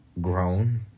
grown